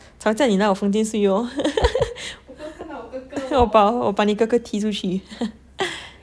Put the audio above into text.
吵架你来我房间睡 lor 我把我把你哥哥踢出去